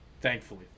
thankfully